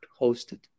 hosted